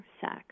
sex